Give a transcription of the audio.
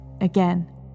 again